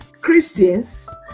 Christians